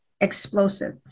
explosive